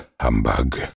humbug